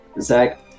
Zach